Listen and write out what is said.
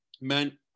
Men